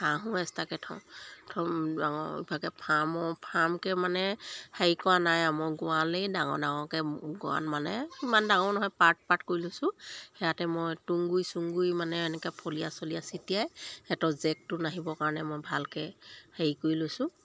হাঁহো এক্সট্ৰাকৈ থওঁ থওঁ ডাঙৰ ইভাগে ফাৰ্মো ফাৰ্মকৈ মানে হেৰি কৰা নাই মই গঁড়ালেই ডাঙৰ ডাঙৰকৈ গঁড়াল মানে ইমান ডাঙৰ নহয় পাৰ্ট পাৰ্ট কৰি লৈছোঁ সিয়াতে মই তুঁহ গুৰি চুঁহ গুৰি মানে এনেকৈ ফলীয়া চলিয়া চটিয়াই সিহঁতৰ জেকটো নাহিবৰ কাৰণে মই ভালকৈ হেৰি কৰি লৈছোঁ